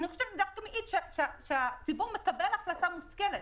אני חושבת שזה דווקא מעיד שהציבור מקבל החלטה מושכלת.